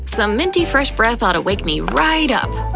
some minty fresh breath oughta wake me right up.